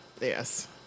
Yes